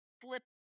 flip